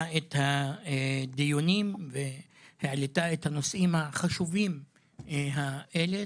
את הדיונים והעלתה את הנושאים החשובים הללו.